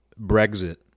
Brexit